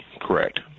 correct